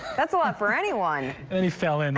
that's a lot for anyone and he fell and